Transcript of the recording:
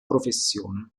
professione